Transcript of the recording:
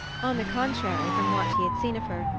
on the contrary, from what he had seen of her,